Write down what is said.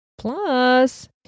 Plus